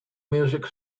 music